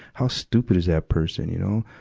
how stupid is that person, you know.